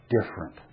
different